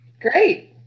Great